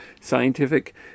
scientific